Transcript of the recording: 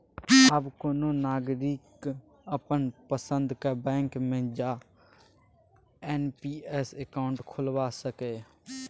आब कोनो नागरिक अपन पसंदक बैंक मे जा एन.पी.एस अकाउंट खोलबा सकैए